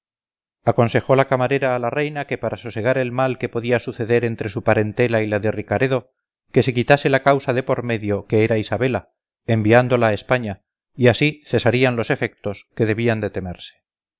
aconsejó la camarera a la reina que para sosegar el mal que podía suceder entre su parentela y la de ricaredo que se quitase la causa de por medio que era isabela enviándola a españa y así cesarían los efectos que debían de temerse